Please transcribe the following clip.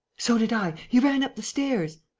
so did i! he ran up the stairs.